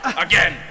Again